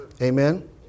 Amen